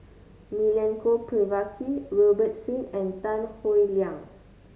Milenko Prvacki Robert Soon and Tan Howe Liang